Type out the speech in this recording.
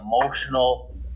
emotional